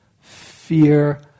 fear